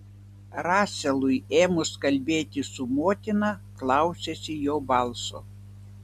raselui ėmus kalbėti su motina klausėsi jo balso